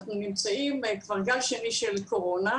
אנחנו נמצאים כבר בגל שני של קורונה.